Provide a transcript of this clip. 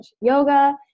yoga